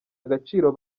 agaciro